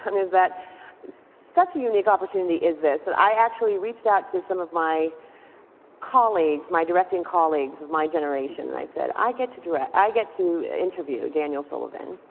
um is that such a unique opportunity is this that i actually reached out to some of my colleagues, my directing colleagues, of my generation. and i said, i get to direct i get to interview daniel sullivan.